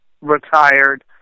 retired